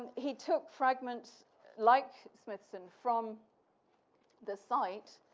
and he took fragments like smithson from the site,